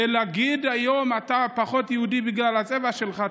ולהגיד היום: אתה פחות יהודי בגלל הצבע שלך,